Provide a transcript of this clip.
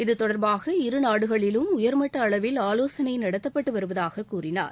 இதுதொடர்பாக இருநாடுகளிலும் உயர்மட்ட அளவில் ஆலோசனை நடத்தப்பட்டு வருவதாக கூறினார்